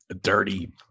dirty